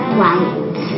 white